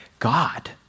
God